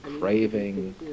craving